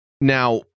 Now